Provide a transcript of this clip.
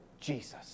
Jesus